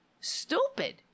Stupid